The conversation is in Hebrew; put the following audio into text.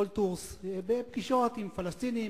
לפגישות עם פלסטינים,